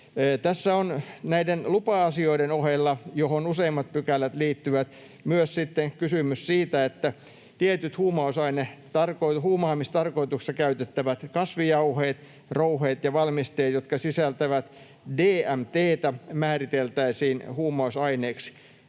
Tässä on näiden lupa-asioiden ohella, joihin useimmat pykälät liittyvät, kysymys myös siitä, että tietyt huumaamistarkoituksessa käytettävät kasvijauheet, ‑rouheet ja ‑valmisteet, jotka sisältävät DMT:tä, määriteltäisiin huumausaineiksi.